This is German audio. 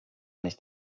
nicht